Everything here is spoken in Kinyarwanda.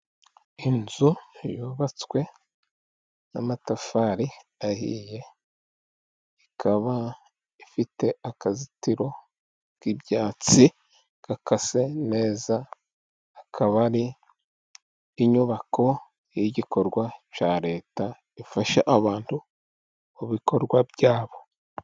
Inzu yubatswe n'amatafari ahiye, ikaba ifite akazitiro k'ibyatsi gakase neza, akaba ari inyubako y'igikorwa cya Leta, ifasha abantu mubikorwa byabo.